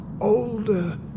older